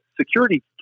security